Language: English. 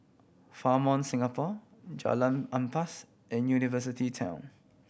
Fairmont Singapore Jalan Ampas and University Town